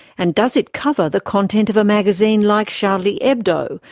and does it cover the content of a magazine like charlie hebdo,